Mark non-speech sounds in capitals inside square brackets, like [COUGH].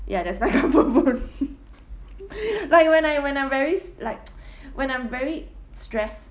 ya that's my comfort food [LAUGHS] [BREATH] like when I when I'm very like [NOISE] when I'm very stressed